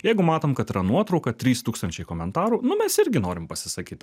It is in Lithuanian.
jeigu matom kad yra nuotrauka trys tūkstančiai komentarų nu mes irgi norim pasisakyt